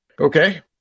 Okay